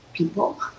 people